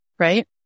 right